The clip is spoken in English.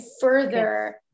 further